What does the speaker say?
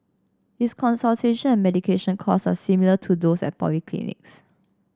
its consultation and medication costs are similar to those at polyclinics